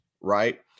right